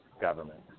government